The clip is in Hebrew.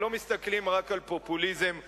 ולא מסתכלים רק על פופוליזם צרוף.